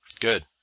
Good